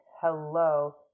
hello